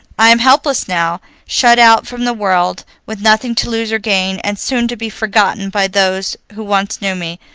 i am helpless now, shut out from the world, with nothing to lose or gain, and soon to be forgotten by those who once knew me,